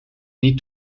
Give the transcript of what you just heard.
niet